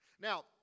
Now